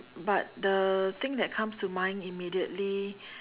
but the thing that comes to mind immediately